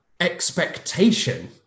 expectation